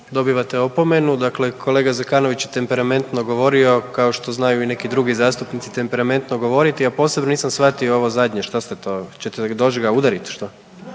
dobivate opomenu. Dakle, kolega Zekanović je temperamentno govorio kao što znaju i neki drugi zastupnici temperamentno govoriti, a posebno nisam shvatio ovo zadnje, šta ste to, ćete doć ga udarit, što?